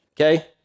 Okay